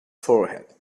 forehead